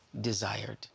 desired